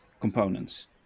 components